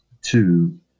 two